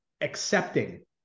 accepting